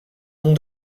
nom